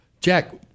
Jack